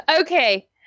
okay